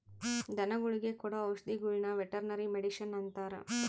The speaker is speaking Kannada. ಧನಗುಳಿಗೆ ಕೊಡೊ ಔಷದಿಗುಳ್ನ ವೆರ್ಟನರಿ ಮಡಿಷನ್ ಅಂತಾರ